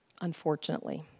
unfortunately